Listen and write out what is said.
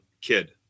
kid